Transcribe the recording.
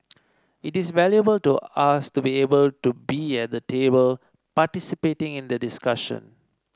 it is very valuable to us to be able to be at the table participating in the discussion